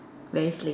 very slim